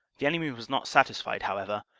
the enemy was not satisfied, however,